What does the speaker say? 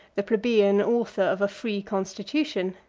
the plebeian author of a free constitution.